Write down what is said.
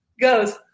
goes